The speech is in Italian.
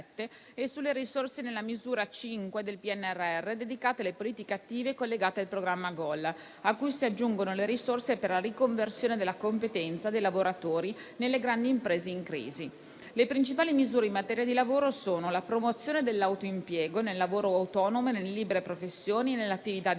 e sulle risorse della Misura 5 del PNRR, dedicata alle politiche attive collegate al programma GOL, a cui si aggiungono le risorse per la riconversione della competenza dei lavoratori nelle grandi imprese in crisi. Le principali misure in materia di lavoro sono la promozione dell'autoimpiego nel lavoro autonomo, nelle libere professioni e nell'attività di